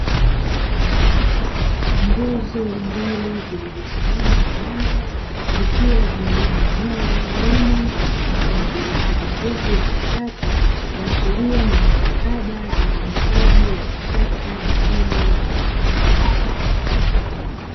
Nguzo mbili zilizosimama imara zikiwa zimebeba nyaya nene, na kubadilisha nguvu ya nishati ya kuasheria ni jitihada za usambazaji wa nishati muhimu ya umeme